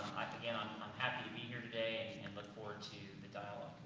again, i'm, i'm happy to be here today and look forward to the dialog.